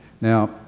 Now